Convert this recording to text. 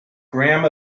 graham